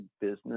business